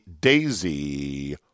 daisy